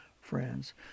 friends